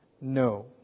no